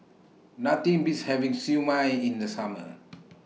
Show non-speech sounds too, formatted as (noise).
Nothing Beats having Siew Mai in The Summer (noise)